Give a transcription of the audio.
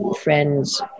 friend's